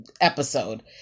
episode